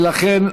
ולכן,